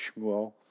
Shmuel